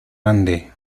ande